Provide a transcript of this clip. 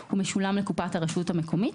הוא משולם לקופת הרשות המקומית.